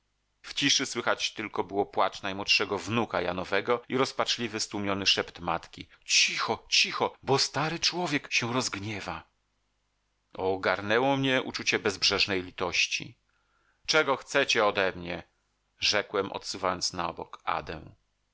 w ciszy słychać tylko było płacz najmłodszego wnuka janowego i rozpaczliwy stłumiony szept matki cicho cicho bo stary człowiek się rozgniewa ogarnęło mnie uczucie bezbrzeżnej litości czego chcecie odemnie rzekłem odsuwając na bok adę